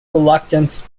reluctance